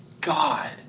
God